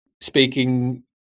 speaking